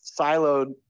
siloed